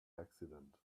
accident